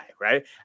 right